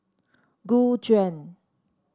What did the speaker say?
Gu Juan